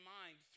mind